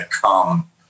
come